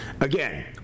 again